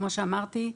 כמו שאמרתי,